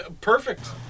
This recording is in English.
Perfect